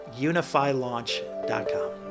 unifylaunch.com